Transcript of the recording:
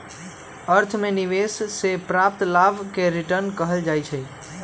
अर्थ में निवेश से प्राप्त लाभ के रिटर्न कहल जाइ छइ